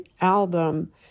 album